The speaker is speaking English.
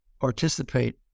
participate